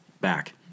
back